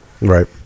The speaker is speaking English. right